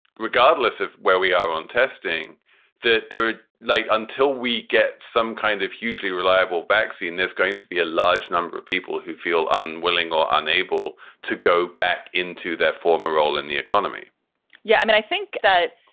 regardless of where we are on testing that would like until we get some kind of hugely reliable vaccine, there's going to be a large number of people who feel unwilling or unable to go back into their former role in the economy yeah, i mean, i think that,